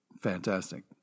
fantastic